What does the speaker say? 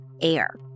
air